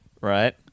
right